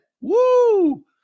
Woo